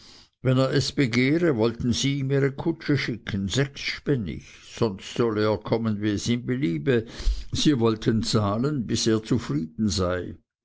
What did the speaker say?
wenn er es begehre wollten sie ihm ihre kutsche schicken sechsspännig sonst solle er kommen wie es ihm beliebe sie wollten zahlen bis er zufrieden sei